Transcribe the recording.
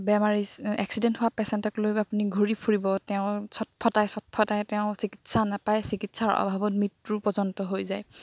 বেমাৰী এক্সিডেণ্ট হোৱা পেছেণ্টক লৈ আপুনি ঘূৰি ফুৰিব তেওঁ ছটফটাই ছটফটাই তেওঁ চিকিৎসা নেপাই চিকিৎসাৰ অভাৱত মৃত্যু পৰ্যন্ত হৈ যায়